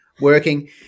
working